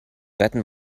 retten